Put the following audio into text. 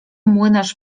młynarz